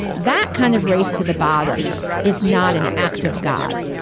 that kind of race to the bottom is not an act of god.